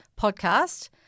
podcast